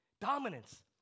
dominance